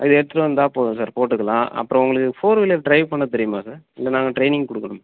இதை எடுத்துகிட்டு வந்தால் போதும் சார் போட்டுக்கலாம் அப்புறம் உங்களுக்கு ஃபோர் வீலர் டிரைவ் பண்ண தெரியுமா சார் இல்லை நாங்கள் டிரெய்னிங் கொடுக்கணுமா